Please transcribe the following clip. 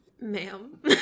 Ma'am